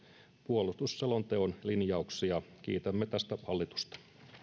puolustusselonteon linjauksia kiitämme tästä hallitusta